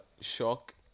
Shock